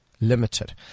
limited